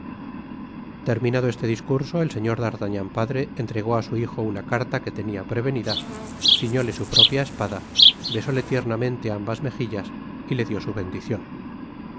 terminado este discurso el señor d'artagnan padre entregó á su hijo una carta que tenia prevenida ciñóle su propia espada besóle tiernamente ambas mejillas y le dió su bendicion